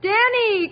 Danny